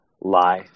lie